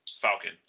Falcon